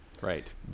Right